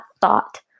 thought